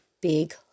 big